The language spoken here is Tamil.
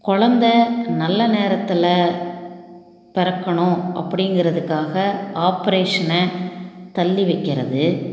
கொழந்த நல்ல நேரத்தில் பிறக்கணும் அப்படிங்கிறதுக்காக ஆப்ரேஷனை தள்ளி வைக்கிறது